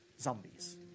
zombies